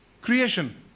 Creation